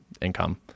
income